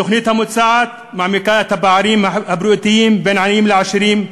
התוכנית המוצעת מעמיקה את הפערים הבריאותיים בין עניים לעשירים,